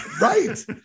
right